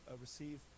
receive